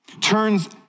turns